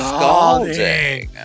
Scalding